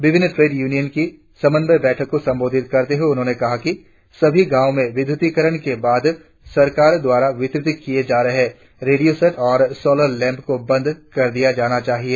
विभिन्न trade union की समन्वय बैठक को संबोधित करते हुए उन्होंने कहा सभी गांवों में विद्युतिकरण के बाद सरकार द्वारा वितरित किए जा रहे रेडियों सेट और सोलर लैंप को बंद कर दिया जाना चाहिए